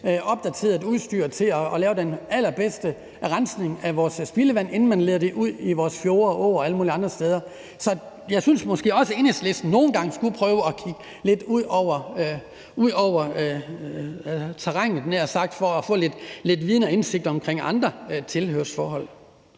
opdateret udstyr til at lave den allerbedste rensning af vores spildevand, inden man leder det ud i vores fjorde, åer og alle mulige andre steder. Så jeg synes måske også, at Enhedslisten nogle gange skulle prøve at kigge lidt ud over terrænet, havde jeg nær sagt, for at få lidt viden om og indsigt i andre tilhørsforhold.